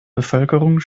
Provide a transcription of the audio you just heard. bevölkerung